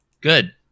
Good